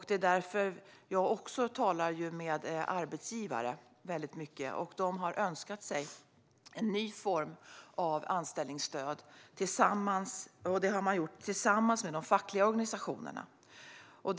Det är därför som jag talar också med arbetsgivare, och de har tillsammans med de fackliga organisationerna önskat sig en ny form av anställningsstöd.